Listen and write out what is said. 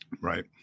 Right